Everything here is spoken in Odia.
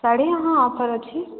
ଶାଢ଼ୀ ହଁ ଅଫର ଅଛି